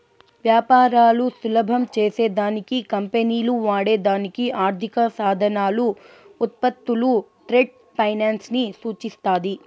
వ్యాపారాలు సులభం చేసే దానికి కంపెనీలు వాడే దానికి ఆర్థిక సాధనాలు, ఉత్పత్తులు ట్రేడ్ ఫైనాన్స్ ని సూచిస్తాది